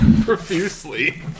Profusely